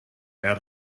out